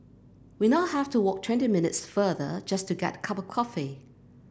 we now have to walk twenty minutes farther just to get a cup of coffee